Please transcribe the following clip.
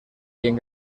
bien